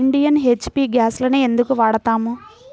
Indian, HP గ్యాస్లనే ఎందుకు వాడతాము?